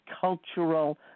cultural